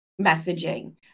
messaging